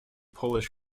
polish